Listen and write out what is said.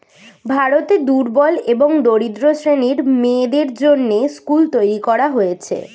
ভারতে দুর্বল এবং দরিদ্র শ্রেণীর মেয়েদের জন্যে স্কুল তৈরী করা হয়েছে